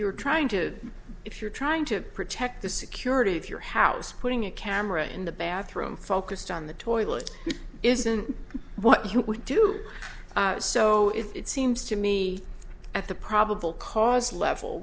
you're trying to if you're trying to protect the security of your house putting a camera in the bathroom focused on the toilet isn't what he would do so if it seems to me at the probable cause level